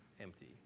empty